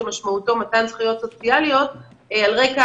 שמשמעותו מתן זכויות סוציאליות על רקע